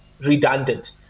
redundant